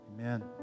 Amen